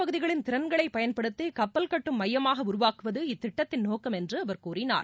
பகுதிகளின் திறன்களை பயன்படுத்தி கப்பல் கட்டும் மையமாக உருவாக்குவது கடலோர இத்திட்டத்தின் நோக்கம் என்று அவர் கூறினார்